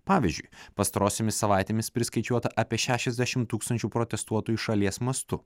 pavyzdžiui pastarosiomis savaitėmis priskaičiuota apie šešiasdešimt tūkstančių protestuotojų šalies mastu